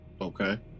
Okay